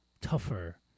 tougher